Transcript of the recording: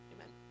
Amen